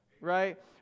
right